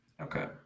Okay